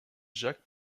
jacques